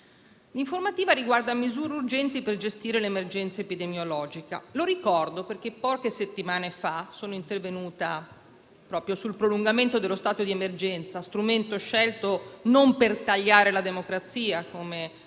L'informativa riguarda misure urgenti per gestire l'emergenza epidemiologica. Lo ricordo perché poche settimane fa sono intervenuta proprio sul prolungamento dello stato di emergenza, scelto non per tagliare la democrazia, come ho